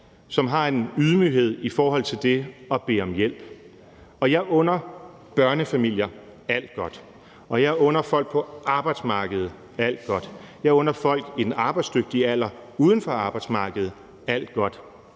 som har en ydmyghed i forhold til det at bede om hjælp. Jeg under børnefamilier alt godt, jeg under folk på arbejdsmarkedet alt godt, og jeg under folk i den arbejdsdygtige alder uden for arbejdsmarkedet alt godt,